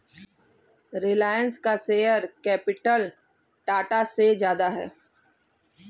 रिलायंस का share capital Tata से ज्यादा है